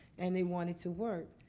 and they wanted to work.